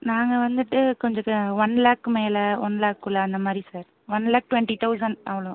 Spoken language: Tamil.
நாங்கள் வந்துட்டு கொஞ்சம் ஒன் லேக் மேலே ஒன் லேக்குள்ளே அந்தமாதிரி sir one lakh twenty thousand அவ்வளோதான்